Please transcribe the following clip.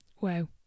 Wow